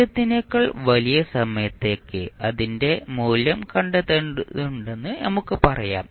0 നേക്കാൾ വലിയ സമയത്തേക്ക് അതിന്റെ മൂല്യം കണ്ടെത്തേണ്ടതുണ്ടെന്ന് നമുക്ക് പറയാം